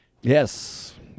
Yes